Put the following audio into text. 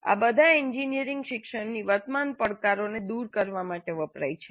આ બધા એન્જિનિયરિંગ શિક્ષણની વર્તમાન પડકારોને દૂર કરવા માટે વપરાય છે